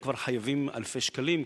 הם כבר חייבים אלפי שקלים,